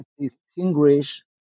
distinguish